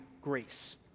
grace